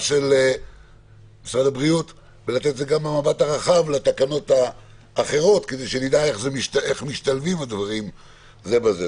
של משרד הבריאות לתקנות האחרות כדי שנדע איך משתלבים הדברים זה בזה.